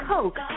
Coke